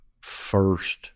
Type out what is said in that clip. first